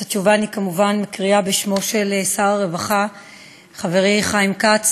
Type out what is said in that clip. את התשובה אני כמובן מקריאה בשמו של שר הרווחה חברי חיים כץ,